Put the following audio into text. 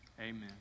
Amen